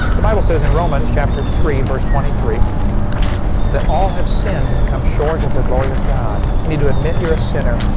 the bible says in romans chapter three verse twenty three for all have sinned and come short of the glory of god. you need to admit you're a sinner.